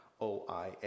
OIA